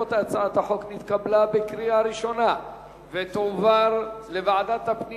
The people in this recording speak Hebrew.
הצעת החוק נתקבלה בקריאה ראשונה ותועבר לוועדת הפנים